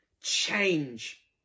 change